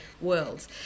worlds